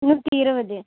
நூற்றி இருபது